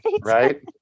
Right